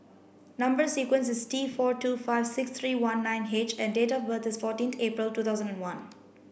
number sequence is T four two five six three one nine H and date of birth is fourteen April two thousand and one